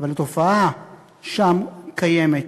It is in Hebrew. אבל התופעה שם קיימת,